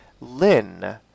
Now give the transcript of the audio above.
Lynn